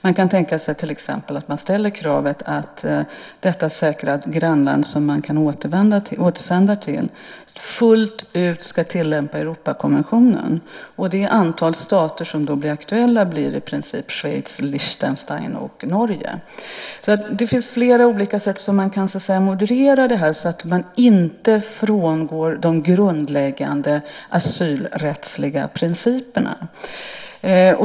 Man kan till exempel tänka sig att man ställer kravet att detta säkra grannland som man kan återsända personer till fullt ut ska tillämpa Europakonventionen. Det antal stater som då blir aktuella blir i princip Schweiz, Lichtenstein och Norge. Det finns flera olika sätt som man kan moderera det så att man inte frångår de grundläggande asylrättsliga principerna.